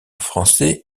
français